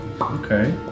Okay